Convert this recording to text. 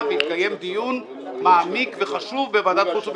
ויתקיים דיון מעמיק וחשוב בוועדת חוץ וביטחון.